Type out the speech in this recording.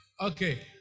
Okay